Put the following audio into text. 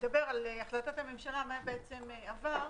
אדבר על החלטת הממשלה, מה בעצם עבר,